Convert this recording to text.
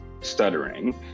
stuttering